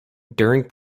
during